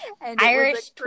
Irish